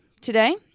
today